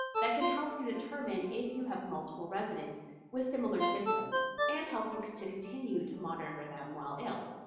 that can help you determine if you have multiple residents with similar symptoms and help you to continue to monitor them while ill.